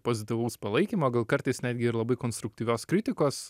pozityvaus palaikymo gal kartais netgi ir labai konstruktyvios kritikos